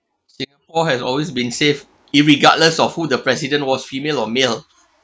singapore has always been saved it regardless of who the president was female or male